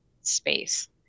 space